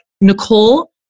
Nicole